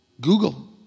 Google